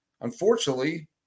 Unfortunately